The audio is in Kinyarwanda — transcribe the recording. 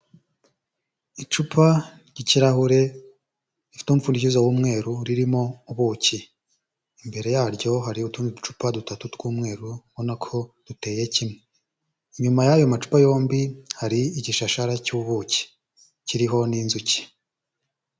Icupa ry'ikirahure rifite umupfundikizo w'umweru ririmo ubuki, imbere yaryo hari utundi ducupa dutatu tw'umweru ubonako duteye kimwe, inyuma y'ayo macupa yombi hari igishashara cy'ubuki kiriho n'inzuki.